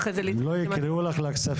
אחרי זה --- אם לא יקראו לך לכספים,